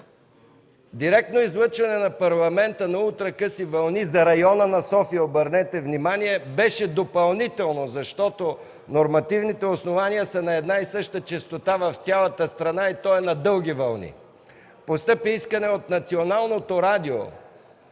Директното излъчване на Парламента на ултракъси вълни за района на София, обърнете внимание, беше допълнително, защото нормативните основания са на една и съща честота в цялата страна и то е на дълги вълни. Постъпи искане от Националното радио